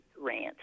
rant